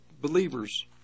believers